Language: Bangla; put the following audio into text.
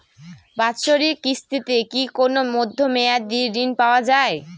বাৎসরিক কিস্তিতে কি কোন মধ্যমেয়াদি ঋণ পাওয়া যায়?